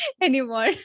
anymore